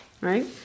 Right